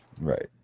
Right